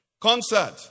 Concert